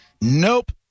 Nope